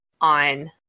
on